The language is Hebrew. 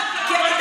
דוגמה.